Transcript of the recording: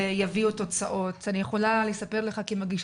שעה 8:20 כנ"ל.